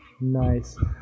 Nice